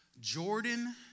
Jordan